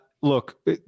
look